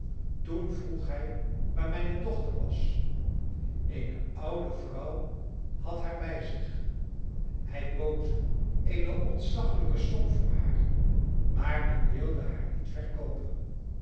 toen vroeg hij waar mijne dochter was eene oude vrouw had haar bij zich hij bood eene ontzaglijke som voor haar maar men wilde haar niet verkoopen